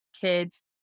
kids